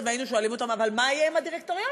והיינו שואלים אותם: אבל מה יהיה עם הדירקטוריון?